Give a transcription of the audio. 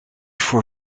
voor